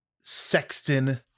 sexton